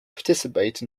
participate